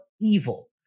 evil